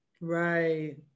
Right